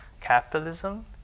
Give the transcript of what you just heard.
capitalism